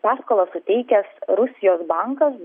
paskolą suteikęs rusijos bankas